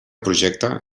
projecte